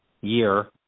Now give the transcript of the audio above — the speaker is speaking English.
year